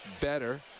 better